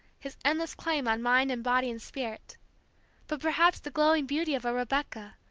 his endless claim on mind and body and spirit but perhaps the glowing beauty of a rebecca,